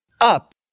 up